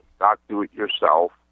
not-do-it-yourself